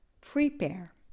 Prepare